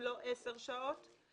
אם לא עשר שעות ביום.